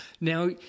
now